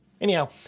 Anyhow